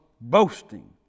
boasting